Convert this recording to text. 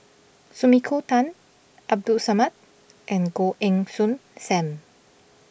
Sumiko Tan Abdul Samad and Goh Heng Soon Sam